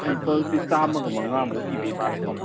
ꯑꯦꯝꯄꯜꯁꯤ ꯆꯥꯝꯃꯒ ꯃꯉꯥꯃꯨꯛ ꯏꯤꯕꯤ ꯃꯥꯜꯂꯦ ꯁꯣꯝꯅ